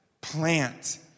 plant